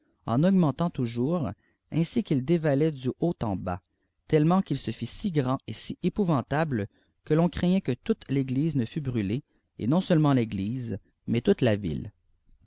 en augmentant toiir ainsi qu'il dérahot dô imit m bas tellement qu'il se fit sî grand et épenrantaue que l'on craignait que toute l'église fiemt brûméet no fce lma eittf'égllsi mais toute la ville